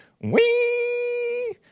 Wee